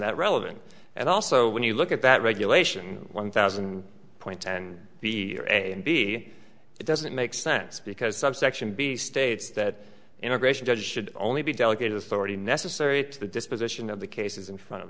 that relevant and also when you look at that regulation one thousand points and the a and b it doesn't make sense because subsection b states that immigration judges should only be delegated authority necessary to the disposition of the cases in front of